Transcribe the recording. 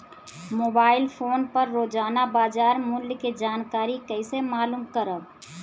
Mobile phone पर रोजाना बाजार मूल्य के जानकारी कइसे मालूम करब?